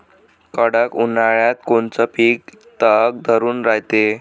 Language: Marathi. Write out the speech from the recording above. कडक उन्हाळ्यात कोनचं पिकं तग धरून रायते?